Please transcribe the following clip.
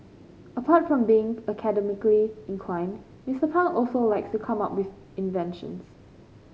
apart from being academically inclined Mister Pang also likes to come up with inventions